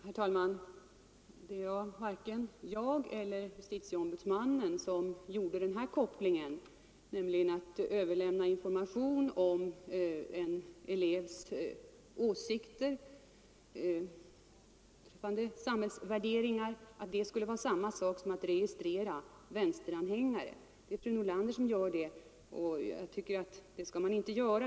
Herr talman! Det var varken jag eller justitieombudsmannen som gjorde den här kopplingen, nämligen att ett överlämnande av information om en lärarkandidats samhällsvärderingar skulle vara samma sak som att registrera vänsteranhängare. Det är fru Nordlander som gör den, men jag tycker att man skall undvika det.